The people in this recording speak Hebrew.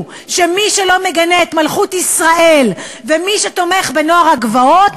שמי שלא מגנה את מלכות ישראל ומי שתומך בנוער הגבעות,